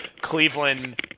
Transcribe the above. Cleveland